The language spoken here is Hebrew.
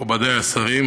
מכובדי השרים,